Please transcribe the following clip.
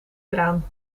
kraan